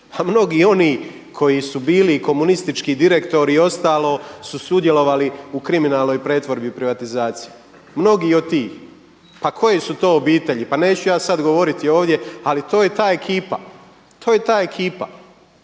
mnogi oni koji su bili komunistički direktori i ostalo su sudjelovali u kriminalnoj pretvorbi i privatizaciji, mnogi od tih. Pa koje su to obitelji? Pa neću ja sada govorili ovdje, ali to je ta ekipa. O istima,